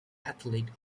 athletic